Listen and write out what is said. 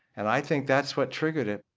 and i think that's what triggered it